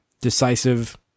Decisive